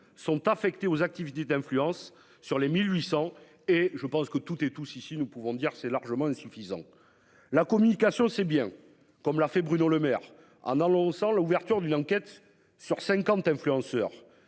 sont affectés aux activités d'influence sur les 1800 et je pense que toutes et tous, ici, nous pouvons dire, c'est largement insuffisant. La communication c'est bien comme l'a fait Bruno Lemaire en annonçant l'ouverture d'une enquête sur 50 influenceurs